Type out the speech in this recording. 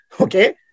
Okay